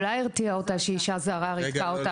אולי הרתיע אותה שאישה זרה ריתקה אותה